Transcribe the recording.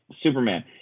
Superman